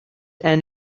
and